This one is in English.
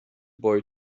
boy